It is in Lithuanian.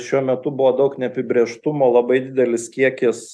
šiuo metu buvo daug neapibrėžtumo labai didelis kiekis